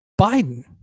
Biden